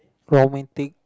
romantic